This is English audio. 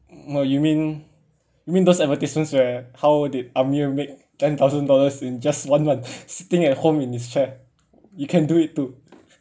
uh you mean you mean those advertisements where how did amir make ten thousand dollars in just one month sitting at home in his chair you can do it too